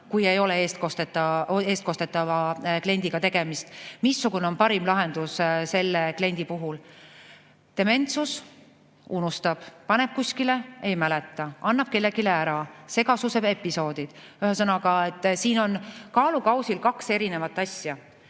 kui ei ole eestkostetava kliendiga tegemist, missugune on selle kliendi puhul parim lahendus. Dementsus, unustab, paneb kuskile ära, ei mäleta, annab kellelegi ära, segasuse episoodid. Ühesõnaga, siin on kaalukausil kaks erinevat asja.